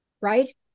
right